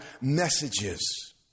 messages